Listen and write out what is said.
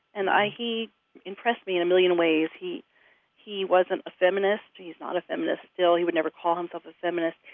and he impressed me in a million ways. he he wasn't a feminist. he's not a feminist still. he would never call himself a feminist.